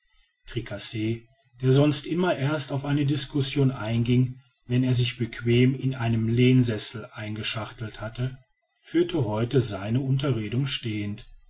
der sonst immer erst auf eine discussion einging wenn er sich bequem in einem lehnsessel eingeschachtelt hatte führte heute seine unterredung stehend